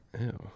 ew